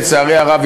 לצערי הרב,